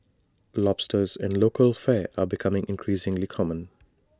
lobsters in local fare are becoming increasingly common